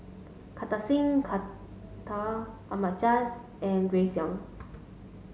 Kartar Singh Thakral Ahmad Jais and Grace Young